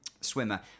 swimmer